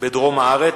בדרום הארץ.